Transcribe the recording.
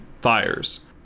fires